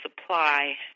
supply